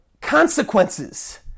consequences